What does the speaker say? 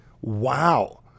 wow